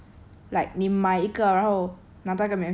like now I cannot imagine like possibly think of